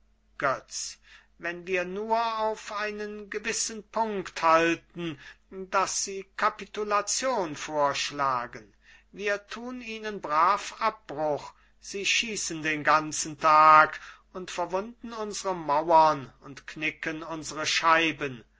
götz wenn wir nur auf einen gewissen punkt halten daß sie kapitulation vorschlagen wir tun ihnen brav abbruch sie schießen den ganzen tag und verwunden unsere mauern und knicken unsere scheiben